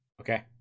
okay